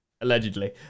Allegedly